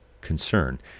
concern